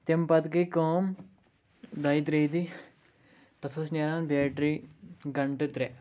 تَمہِ پَتہٕ گٔے کٲم دۄیہِ ترٛیٚیہِ دۄہہِ تَتھ اوس نیران بیٹرٛی گَنٛٹہٕ ترٛےٚ